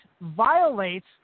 violates